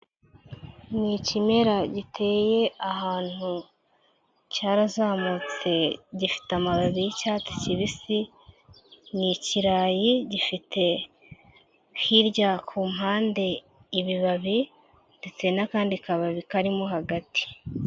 Ni ikimera giteye ahantu cyarazamutse gifite amababi y'icyatsi kibisi, ni ikirayi gifite hirya ku mpande ibibabi ndetse n'akandi kababi karimo hagati.